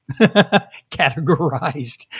categorized